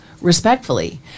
respectfully